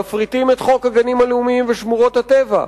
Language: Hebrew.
מפריטים את חוק הגנים הלאומיים ושמורות הטבע,